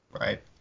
Right